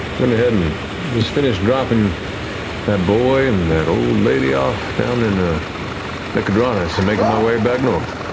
went ahead and just finished dropping that boy and that old lady off down in ah nicodranas, and making my way back north.